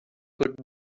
good